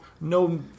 no